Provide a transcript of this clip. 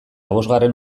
bosgarren